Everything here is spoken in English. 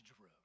road